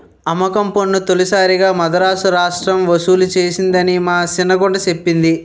అమ్మకం పన్ను తొలిసారిగా మదరాసు రాష్ట్రం ఒసూలు సేసిందని మా సిన్న గుంట సెప్పింది